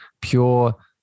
pure